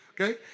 okay